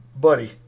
buddy